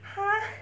!huh!